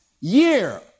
year